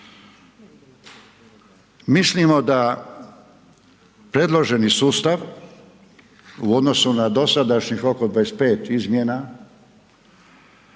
Mislimo da predloženi sustav u odnosu na dosadašnjih oko 25 izmjena